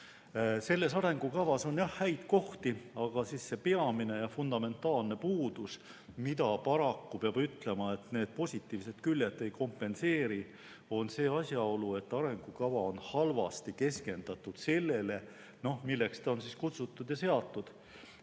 Selles arengukavas on jah häid kohti, aga peamine ja fundamentaalne puudus, mida paraku need positiivsed küljed ei kompenseeri, on asjaolu, et arengukava on halvasti keskendatud sellele, milleks ta on kutsutud ja seatud.